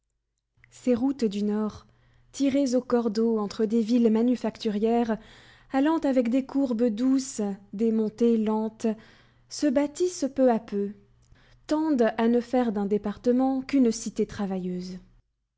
ces routes du nord tirées au cordeau entre des villes manufacturières allant avec des courbes douces des montées lentes se bâtissent peu à peu tendent à ne faire d'un département qu'une cité travailleuse